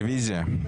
רביזיה.